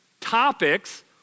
topics